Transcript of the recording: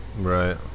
right